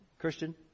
Christian